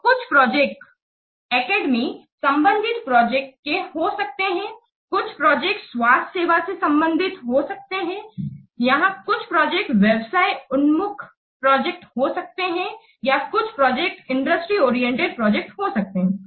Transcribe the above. तो कुछ project academic संबंधित प्रोजेक्ट के हो सकते हैं कुछ प्रोजेक्ट स्वास्थ्य सेवा से संबंधित प्रोजेक्ट हो सकते हैं यहाँ कुछ प्रोजेक्ट व्यवसाय उन्मुख प्रोजेक्ट हो सकते हैं या कुछ प्रोजेक्ट इंडस्ट्री ओरिएंटेड प्रोजेक्ट हो सकते हैं